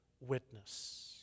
witness